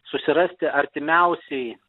susirasti artimiausiai